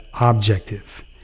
objective